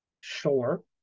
Sure